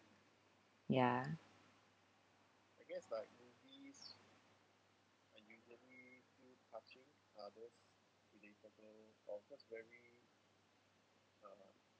ya